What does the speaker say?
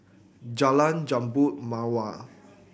Jalan Jambu Mawar